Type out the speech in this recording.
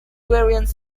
variants